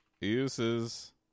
uses